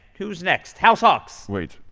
who's next? house hawks? wait,